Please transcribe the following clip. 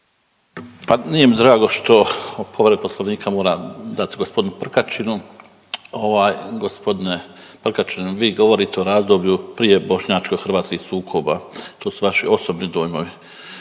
Pa nije mi drago što povredu Poslovnika moram dati gospodinu Prkačinu. Ovaj gospodine Prkačin vi govorite o razdoblju prije bošnjačko-hrvatskih sukoba, to su vaši osobni dojmovi.